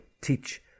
teach